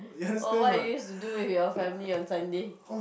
oh what you used to do with your family on Sunday